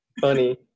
funny